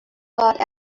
thought